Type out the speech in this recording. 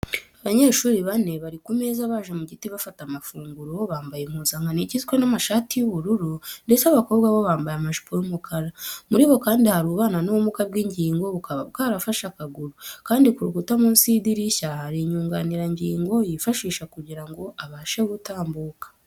Abanyeshuri bane bari ku meza abaje mu giti bafata amafunguro, bambaye impuzankano igizwe n'amashati y'ubururu ndetse abakobwa bo bambaye amajipo y'umukara. Muri bo kandi hari ubana n'ubumuga bw'ingingo, bukaba bwarafashe akaguru kandi ku rukuta munsi y'idirishya hari inyunganirangingo yifashisha kugira ngo abashe gutambuka.